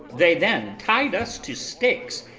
they then tied us to stakes,